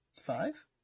five